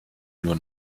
nur